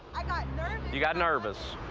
i got nervous you got nervous.